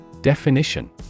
Definition